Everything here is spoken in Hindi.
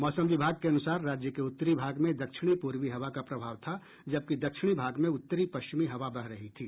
मौसम विभाग के अनुसार राज्य के उत्तरी भाग में दक्षिणी पूर्वी हवा का प्रभाव था जबकि दक्षिणी भाग में उत्तरी पश्चिमी हवा बह रही थी